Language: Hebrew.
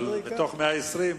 מתוך 120,